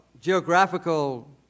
geographical